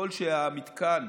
אם המתקן,